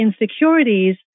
insecurities